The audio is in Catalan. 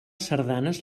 sardanes